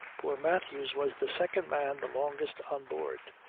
poor mathews was the second man the longest on board.